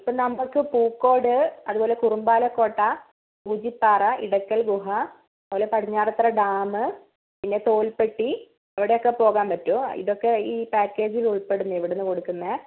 ഇപ്പം നമുക്ക് പൂക്കോട് അതുപോലെ കുറുമ്പാലക്കോട്ട സൂചിപ്പാറ ഇടയ്ക്കൽഗുഹ അതുപോലെ പടിഞ്ഞാറത്തറ ഡാം പിന്നെ തോൽപെട്ടി അവിടെ ഒക്കെ പോവാൻ പറ്റും ഇതൊക്കെ ഈ പാക്കേജിൽ ഉൾപ്പെടുന്നതാണ് ഇവിടെ നിന്ന് കൊടുക്കുന്നത്